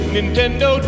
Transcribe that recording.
Nintendo